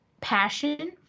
passion